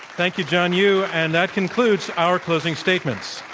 thank you, john yoo. and that concludes our closing statements.